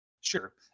sure